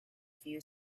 few